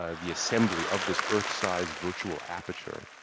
ah the assembly of this earth-sized virtual aperture.